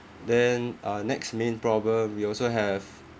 then uh next main problem we also have